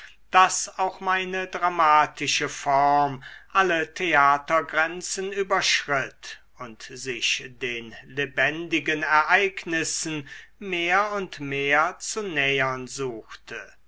daß auch meine dramatische form alle theatergrenzen überschritt und sich den lebendigen ereignissen mehr und mehr zu nähern suchte